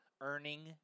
Earning